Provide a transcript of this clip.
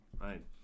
right